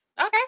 Okay